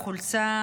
חבר הכנסת אושר,